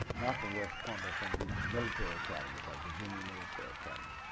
not from west point but from these military academies like virginia military academy.